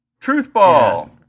Truthball